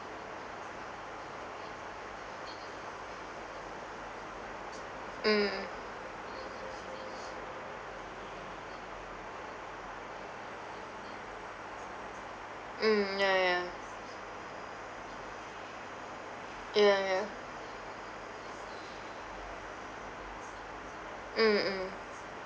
mm mm ya ya ya ya mm mm